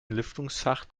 lüftungsschacht